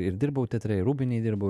ir dirbau teatre rūbinėj dirbau